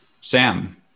Sam